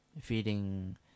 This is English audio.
Feeding